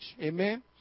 Amen